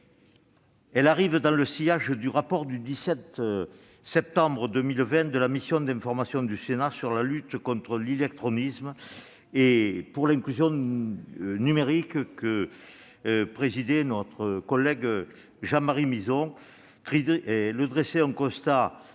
Elle arrive dans le sillage du rapport du 17 septembre 2020 de la mission d'information du Sénat « Lutte contre l'illectronisme et inclusion numérique », que présidait notre collègue Jean-Marie Mizzon. Le constat